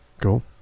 Cool